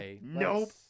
Nope